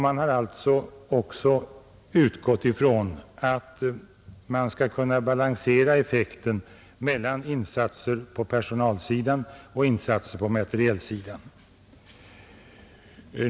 Man har också utgått ifrån att man skall kunna balansera effekten mellan insatser på personalsidan och insatser på materielsidan.